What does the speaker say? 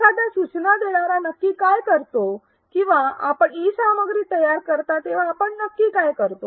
एखादा सूचना देणारा नक्की काय करतो किंवा आपण ई सामग्री तयार करता तेव्हा आपण नक्की काय करतो